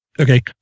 Okay